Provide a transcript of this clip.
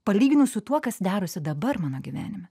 palyginus su tuo kas darosi dabar mano gyvenime